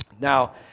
Now